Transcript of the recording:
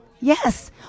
Yes